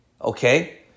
Okay